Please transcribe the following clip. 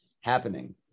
happening